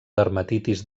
dermatitis